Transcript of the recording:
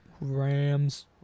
Rams